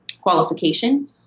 qualification